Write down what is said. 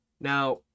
now